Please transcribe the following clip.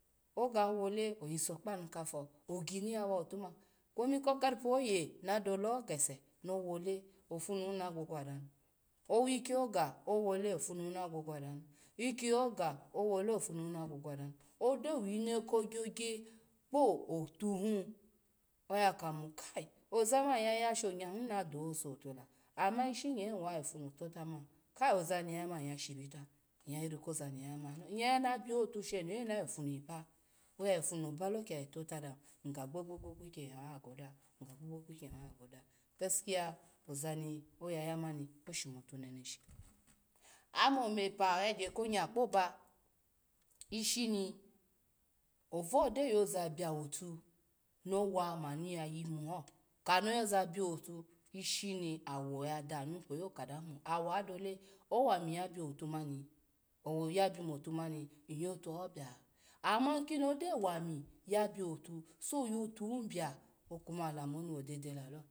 Oga wole oyiso kpa nu kafo ogini yawa otu ma kwomi ko keripa oye na dole gese no wole ofu nu na gwogwo danu, owiki oga owole ofunu na gwogwo danu, ikiyo oga owole ofunu na gwogwo danu, ogyo wina ko gyogya kpo tuhi oya ka mo kai ozamani nyyya shonyehi na dose otu la ama ishinye niwa ayo funu totama kai ozaniya ya ma nyya ya shibita nyya hiri koza ni yaya malo nyya ya nu biatu sheno oye na yofunu ba, oya yofunu ba no kiya tota dami nygagbogbo kukya nyya wa goda, nygagbogbo kukya nyya wa goda, gesikiya oza noya yamani osho mutu neneshi, n ome omepe oyagya ko nya kpo ba ishini, ovu gyo yoza biawotu no wa ma nu ya yimuho kano yoza biawotu ishim oya danu kweyi okadanu mo awo adole, owami yabiatu mani oya bwu motu mani ny yotu ho bia ama ikim ogyo wa mi ya bwutu shoyo tohin bia okuma lamum wa dedelalo.